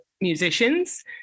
musicians